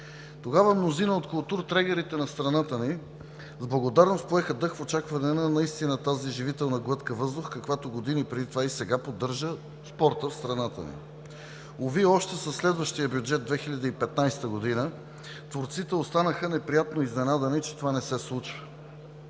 Тогава мнозина от културтрегерите на страната ни с благодарност поеха дъх в очакване на тази наистина живителна глътка въздух, каквато години преди това и сега поддържа спортът в страната ни. Уви, още със следващия бюджет – 2015 г. творците останаха неприятно изненадани, че това не се случи.